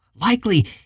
Likely